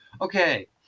okay